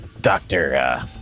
Doctor